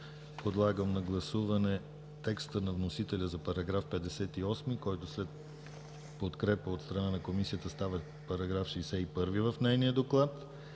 Подлагам на гласуване текста на вносителя за § 58, който след подкрепа от страна на Комисията става § 61 в нейния доклад